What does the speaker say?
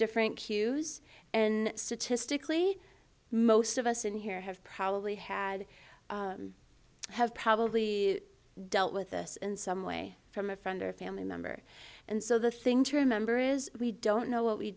different cues and statistically most of us in here have probably had have probably dealt with this in some way from a friend or family member and so the thing to remember is we don't know what we